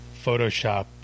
Photoshop